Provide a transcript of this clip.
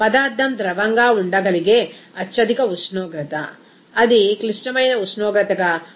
పదార్ధం ద్రవంగా ఉండగలిగే అత్యధిక ఉష్ణోగ్రత అది క్లిష్టమైన ఉష్ణోగ్రతగా పరిగణించబడుతుంది